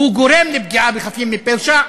הוא גורם לפגיעה בחפים מפשע.